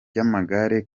ry’amagare